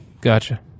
Gotcha